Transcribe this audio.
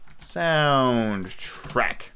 Soundtrack